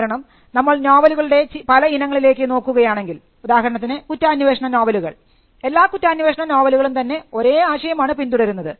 കാരണം നമ്മൾ നോവലുകളുടെ പല ഇനങ്ങളിലേക്ക് നോക്കുകയാണെങ്കിൽ ഉദാഹരണത്തിന് കുറ്റാന്വേഷണ നോവലുകൾ എല്ലാ കുറ്റാന്വേഷണ നോവലുകളും തന്നെ ഒരേ ആശയമാണ് പിന്തുടരുന്നത്